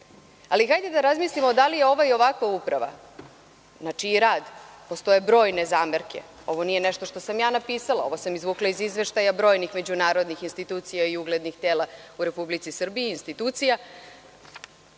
Ali, hajde da razmislimo da li ova i ovakva Uprava, znači njen rad, na koji postoje brojne zamerke, ovo nije nešto što sam ja napisala, ovo sam izvukla iz izveštaja brojnih međunarodnih institucija i uglednih tela i institucija